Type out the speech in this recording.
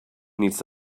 needs